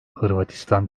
hırvatistan